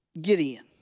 Gideon